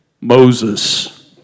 Moses